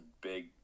big